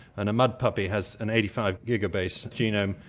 and a mudpuppy has an eighty five gigabase genome,